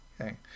Okay